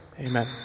Amen